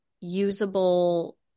usable